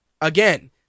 Again